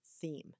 theme